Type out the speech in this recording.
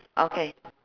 okay